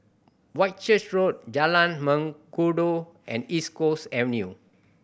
Whitchurch Road Jalan Mengkudu and East Coast Avenue